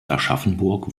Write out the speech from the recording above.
aschaffenburg